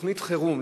תוכנית חירום,